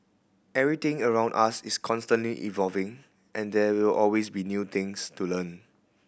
everything around us is constantly evolving and there will always be new things to learn